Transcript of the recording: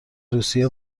روسیه